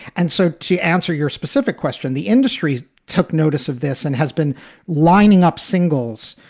and so to answer your specific question, the industry took notice of this and has been lining up singles,